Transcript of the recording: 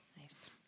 Nice